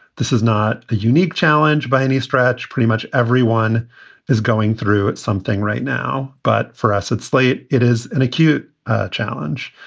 this is not a unique challenge by any stretch. pretty much everyone is going through something right now. but for us at slate, it is an acute challenge.